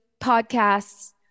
podcasts